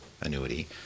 annuity